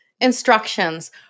instructions